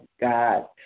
God